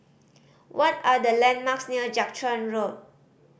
what are the landmarks near Jiak Chuan Road